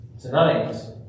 tonight